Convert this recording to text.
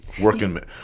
working